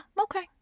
okay